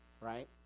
right